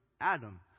Adam